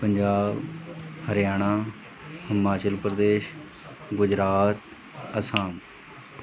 Punjab Haryana Himachal Pradesh Gujarat Assam